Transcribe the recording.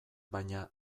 baina